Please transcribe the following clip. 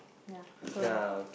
ya so